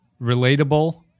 relatable